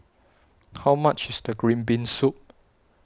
How much IS The Green Bean Soup